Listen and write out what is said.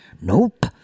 Nope